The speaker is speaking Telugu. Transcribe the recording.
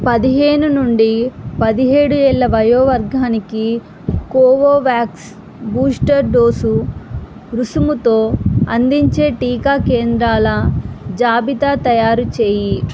పదిహేను నుండి పదిహేడు ఏళ్ళ వయో వర్గానికి కోవోవ్యాక్స్ బూస్టర్ డోసు రుసుముతో అందించే టీకా కేంద్రాల జాబితా తయారుచేయి